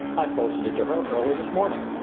i posted it to her early this morning.